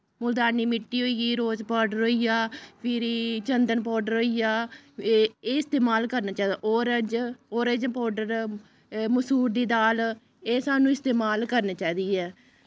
मुलतानी मिट्टी होई गेई रोज पोडर होई गेआ फिरी चन्दन पोडर होई गेआ एह् एह् इस्तेमाल करने चाहिदा ओरेंज ओरेंज पोडर मसूर दी दाल एह् सानू इस्तेमाल करनी चाहिदी ऐ